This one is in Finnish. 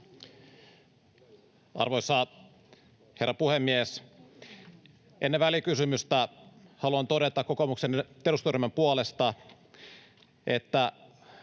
Arvoisa herra puhemies! Ennen välikysymystä haluan todeta kokoomuksen eduskuntaryhmän puolesta, että